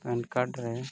PAN card ᱨᱮ